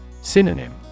Synonym